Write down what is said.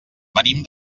venim